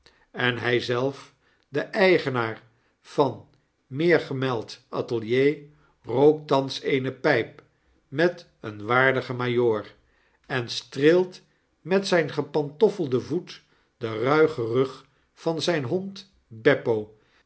en hij zelf de eigenaar van meergemeld atelier rookt thans eene pijp met een waardigen majoor en streelt met zyn gepantoffelden voet den ruigen rug van zijn hond beppo